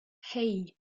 hey